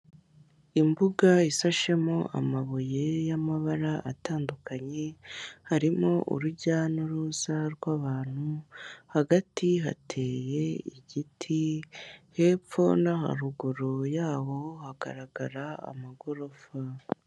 Imbuga isashemo amabuye y'amabara atandukanye harimo urujya n'uruza rw'abantu. Hagati hateye igiti, hepfo no haruguru y'aho hagaragara amagorofa.